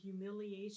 humiliation